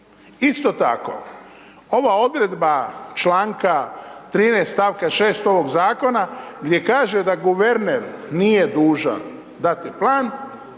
Isto tako, ova odredba čl. 13. st. 6. ovog zakona gdje kaže da guverner nije dužan dati plan,